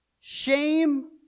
shame